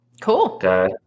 Cool